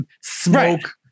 Smoke